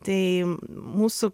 tai mūsų